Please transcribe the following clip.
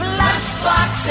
lunchbox